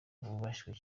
bubashywe